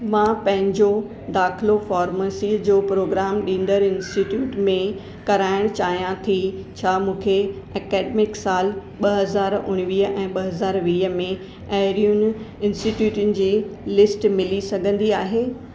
मां पंहिंजो दाख़िलो फॉर्मसीअ जो प्रोग्राम डींदड़ु इंस्टिट्यूट में कराइणु चाहियां थी छा मूंखे एकेडमिक साल ॿ हज़ार उणिवीह ऐं ॿ हज़ार वीह में अहिड़ियूं इन्स्टिट्यूटनि जी लिस्ट मिली सघंदी आहे